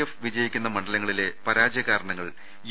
F വിജയിക്കുന്ന മണ്ഡലങ്ങ ളിലെ പരാജയ കാരണങ്ങൾ യു